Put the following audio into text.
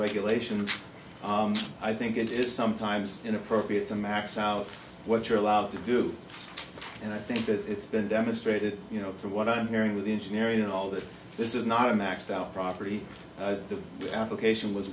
regulations i think it is sometimes inappropriate to max out what you're allowed to do and i think that it's been demonstrated you know from what i'm hearing with engineering all that this is not a maxed out property the application was